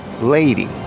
lady